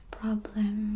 problem